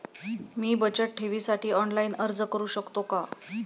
मी बचत ठेवीसाठी ऑनलाइन अर्ज करू शकतो का?